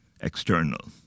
external